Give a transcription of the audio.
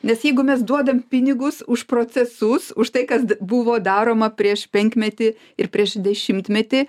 nes jeigu mes duodam pinigus už procesus už tai kas buvo daroma prieš penkmetį ir prieš dešimtmetį